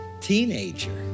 teenager